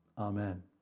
Amen